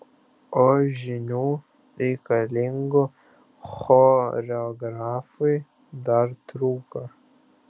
o žinių reikalingų choreografui dar trūko